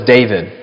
David